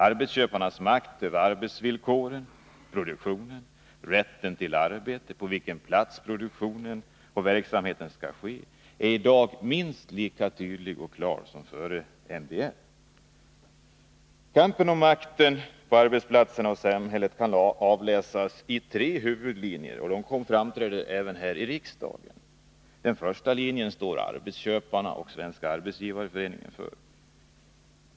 Arbetsköparnas makt över arbetsvillkoren, produktionen, rätten till ett arbete och på vilken plats produktion och verksamhet skall ske är i dag minst lika tydlig och klar som före MBL. Kampen om makten på arbetsplatsen och i samhället kan avläsas i tre huvudlinjer. Dessa framträder även här i riksdagen. Den första linjen står arbetsköparna och Svenska arbetsgivareföreningen för.